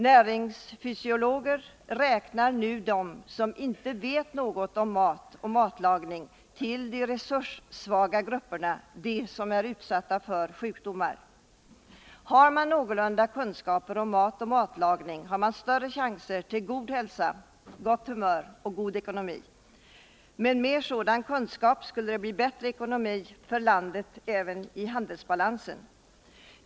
Näringsfysiologer räknar nu dem som inte vet något om mat och matlagning till de resurssvaga grupperna — de som är utsatta för sjukdomar. Har man någorlunda kunskaper om mat och matlagning, har man större chanser till god hälsa, gott humör och god ekonomi. Med mer sådan kunskap skulle också landets handelsbalans bli bättre.